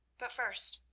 but first,